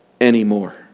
anymore